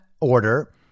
order